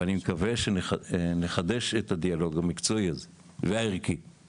ואני מקווה שנחדש את הדיאלוג המקצועי והערכי הזה.